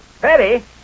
Betty